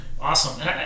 Awesome